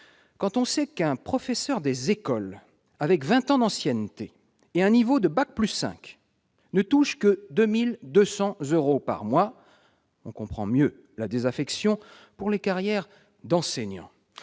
Quand on sait qu'un professeur des écoles avec vingt ans d'ancienneté et un niveau bac+5 ne touche que 2 200 euros par mois, on comprend mieux la désaffection pour la carrière d'enseignant.